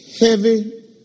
Heavy